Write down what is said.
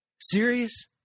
Serious